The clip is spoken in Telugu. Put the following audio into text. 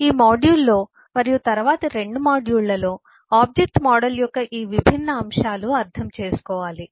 ఈ మాడ్యూల్లో మరియు తరువాతి 2 మాడ్యూళ్ళలో ఆబ్జెక్ట్ మోడల్ యొక్క ఈ విభిన్న అంశాలు అర్థం చేసుకోవాలి